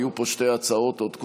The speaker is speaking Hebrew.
היו פה שתי הצעות עוד קודם,